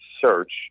search